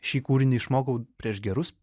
šį kūrinį išmokau prieš gerus